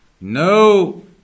No